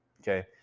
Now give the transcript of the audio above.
okay